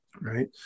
Right